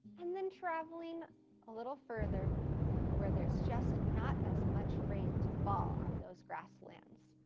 and then traveling a little further where there's just not as much rain to fall on those grasslands.